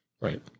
right